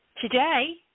today